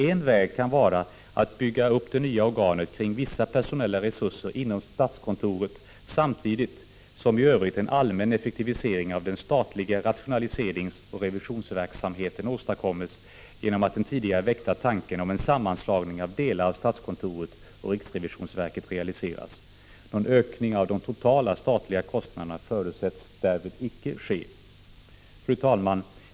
En väg kan vara att bygga upp det nya organet kring vissa personella resurser inom statskontoret, samtidigt som i övrigt en allmän effektivisering av den statliga rationaliseringsoch revisionsverksamheten åstadkoms genom att den tidigare väckta tanken om en sammanslagning av delar av statskontoret och riksrevisionsverket realiseras. Någon ökning av de totala statliga kostnaderna förutsätts därvid icke ske. Fru talman!